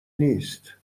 نیست